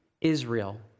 Israel